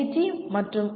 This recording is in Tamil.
டி மற்றும் ஐ